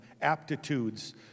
aptitudes